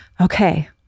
okay